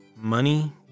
Money